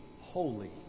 holy